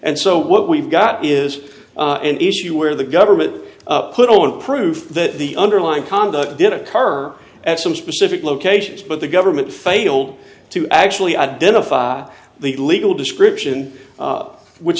and so what we've got is an issue where the government put on proof that the underlying conduct did occur at some specific locations but the government failed to actually identify the legal description which